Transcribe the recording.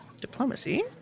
Diplomacy